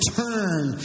turn